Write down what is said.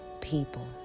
people